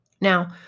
Now